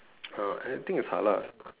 oh I think it's halal